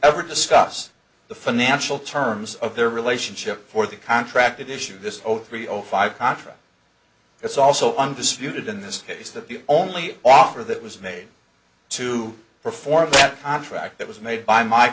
ever discuss the financial terms of their relationship for the contract issue this three zero five contract it's also undisputed in this case that the only offer that was made to perform that contract that was made by my